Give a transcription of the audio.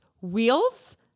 wheels